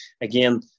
again